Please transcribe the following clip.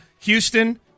Houston